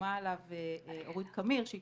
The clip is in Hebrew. שחתומה עליו רות קמיר שאני